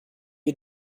you